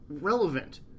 relevant